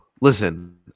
listen